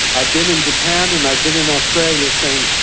i've been in japan and i've been in australia saying,